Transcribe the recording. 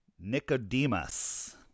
Nicodemus